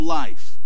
life